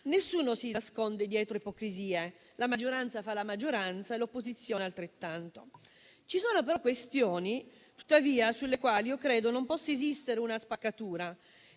nessuno si nasconde dietro ipocrisie: la maggioranza fa la maggioranza e l'opposizione altrettanto. Vi sono, però, questioni, tuttavia, sulle quali non può esistere una spaccatura